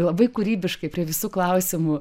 labai kūrybiškai prie visų klausimų